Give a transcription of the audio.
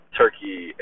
turkey